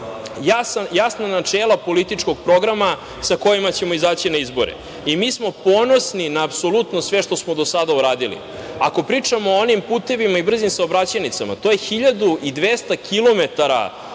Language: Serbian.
jasna načela političkog programa sa kojima ćemo izaći na izbore. Mi smo ponosni na apsolutno sve što smo do sada uradili. Ako pričamo o onim putevima i brzim saobraćajnicama, to je 1.200